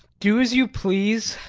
do as you please.